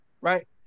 right